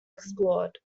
explored